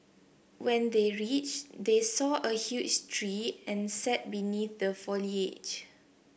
when they reached they saw a huge tree and sat beneath the foliage